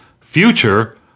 future